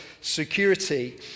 security